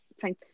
fine